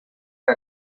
que